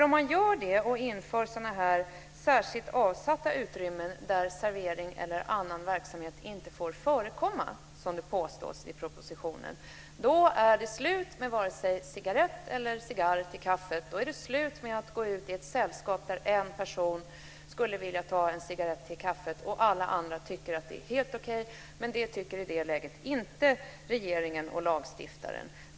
Om man inför särskilt avsatta utrymmen där servering eller annan verksamhet inte får förekomma - som det uttrycks i propositionen - då är det slut med en cigarett eller en cigarr till kaffet. Då kan inte ett sällskap gå ut där en person skulle vilja ta en cigarrett till kaffet och de andra tycker att det är helt okej. Men det tycker inte regeringen och lagstiftaren.